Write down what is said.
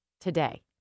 today